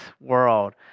world